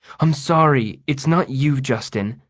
i'm sorry, it's not you, justin.